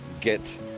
get